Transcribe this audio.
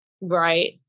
Right